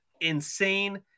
insane